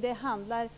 Det handlar,